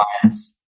clients